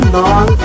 long